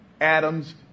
Adam's